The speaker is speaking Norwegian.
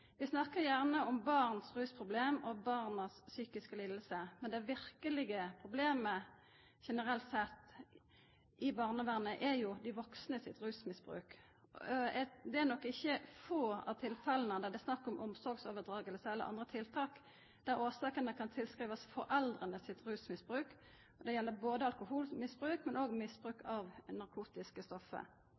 Vi snakker gjerne om barnas rusproblem og barnas psykiske lidelser, men det virkelige problemet generelt sett i barnevernet er jo de voksnes rusmisbruk. Det er nok ikke i få av tilfellene der det er snakk om omsorgsoverdragelse eller andre tiltak, der årsaken kan tilskrives foreldrenes rusmisbruk. Dette gjelder både alkoholmisbruk og misbruk av narkotiske stoffer.